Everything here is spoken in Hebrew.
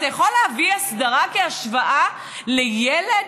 אתה יכול להביא הסדרה כהשוואה לילד,